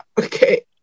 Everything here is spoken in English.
Okay